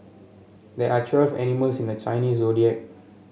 there are twelve animals in the Chinese Zodiac